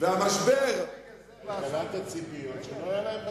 הוא העלה את הציפיות שלא היה להן בסיס,